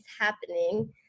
happening